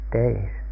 days